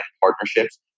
partnerships